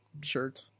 shirt